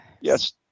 yes